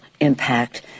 impact